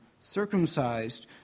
circumcised